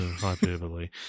hyperbole